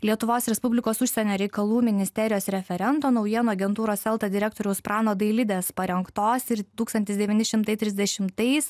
lietuvos respublikos užsienio reikalų ministerijos referento naujienų agentūros elta direktoriaus prano dailidės parengtos ir tūkstantis devyni šimtai trisdešimtais